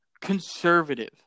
conservative